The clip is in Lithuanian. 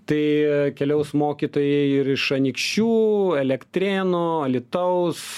tai keliaus mokytojai ir iš anykščių elektrėnų alytaus